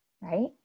right